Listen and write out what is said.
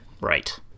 Right